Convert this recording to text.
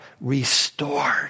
restored